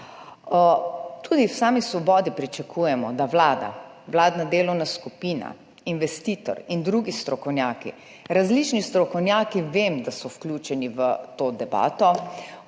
Tudi v Svobodi pričakujemo, da vlada, vladna delovna skupina, investitor in drugi strokovnjaki, vem, da so različni strokovnjaki vključeni v to debato,